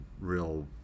real